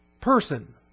Person